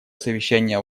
совещание